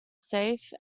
safe